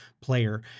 player